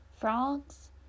frogs